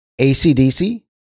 ACDC